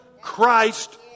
Christ